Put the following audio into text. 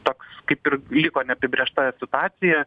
toks kaip ir liko neapibrėžta situacija